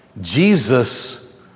Jesus